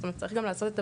צריך לעשות את הבדיקה,